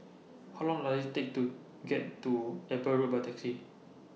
How Long Does IT Take to get to Eber Road By Taxi